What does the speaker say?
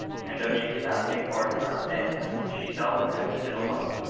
and though she could not take part in round dances, she seldom had to sit alone.